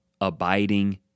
abiding